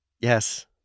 Yes